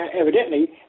evidently